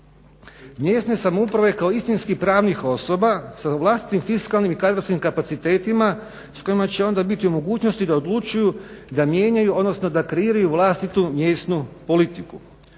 mjesne samouprave kao istinskih pravnih osoba sa vlastitim fiskalnim i kadrovskim kapacitetima sa kojima će onda biti u mogućnosti da odlučuju da mijenjaju, odnosno da kreiraju vlastitu mjesnu politiku.